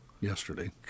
yesterday